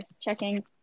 checking